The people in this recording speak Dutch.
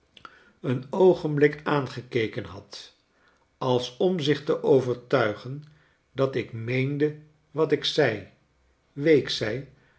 een oogenblik aangekeken had als om zich te overtuigen dat ik meende wat ik zei week zij